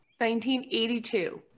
1982